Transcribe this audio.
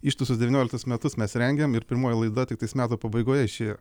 ištisus devynioliktus metus mes rengiam ir pirmoji laida tik tais metų pabaigoje išėjo